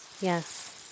Yes